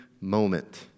moment